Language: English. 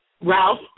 Ralph